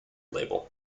label